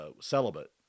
celibate